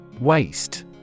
Waste